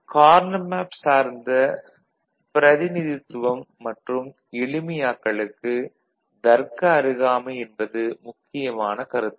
Karnaugh map சார்ந்த பிரிதிநிதித்துவம் மற்றும் எளிமையாக்கலுக்கு தருக்க அருகாமை என்பது முக்கியமான கருத்துரு